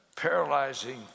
paralyzing